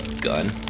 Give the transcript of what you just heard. gun